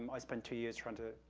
um i spent two years trying to,